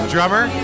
drummer